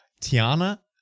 Tiana